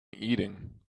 eating